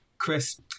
Chris